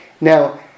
Now